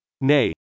Nee